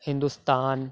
Hindustan